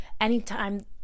anytime